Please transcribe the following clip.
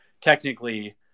technically